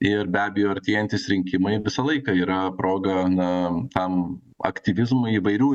ir be abejo artėjantys rinkimai visą laiką yra proga na tam aktyvizmui įvairių